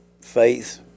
faith